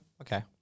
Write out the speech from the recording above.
Okay